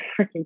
freaking